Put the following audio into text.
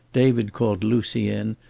david called lucy in,